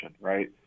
right